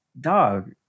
Dog